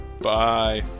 Bye